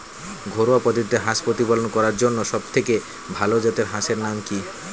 ঘরোয়া পদ্ধতিতে হাঁস প্রতিপালন করার জন্য সবথেকে ভাল জাতের হাঁসের নাম কি?